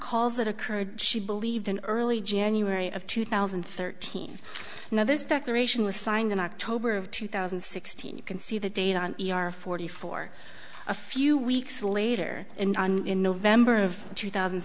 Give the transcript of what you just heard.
calls that occurred she believed in early january of two thousand and thirteen now this declaration was signed in october of two thousand and sixteen you can see the date on e r forty four a few weeks later in november of two thousand